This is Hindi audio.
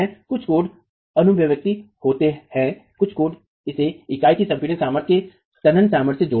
कुछ कोड आनुभविक होते हैं कुछ कोड इसे इकाई की संपीड़ित सामर्थ्य को तनन सामर्थ्य से जोड़ते हैं